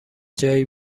جایی